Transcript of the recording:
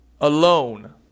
alone